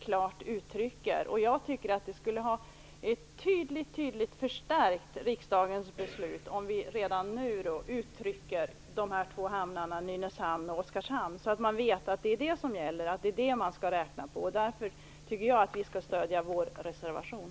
Det skulle tydligt förstärka riksdagens beslut om vi redan nu angav att Nynäshamn och Oskarshamn skall vara de två fastlandshamnarna. Då skulle man veta vad det är som gäller, vad man skall räkna på. Därför tycker jag att man skall stödja vår reservation.